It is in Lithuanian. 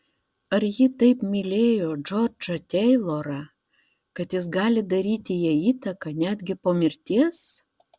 ar ji taip mylėjo džordžą teilorą kad jis gali daryti jai įtaką netgi po mirties